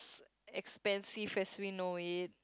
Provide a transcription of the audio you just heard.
expensive as we know it